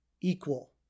equal